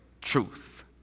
truth